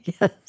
yes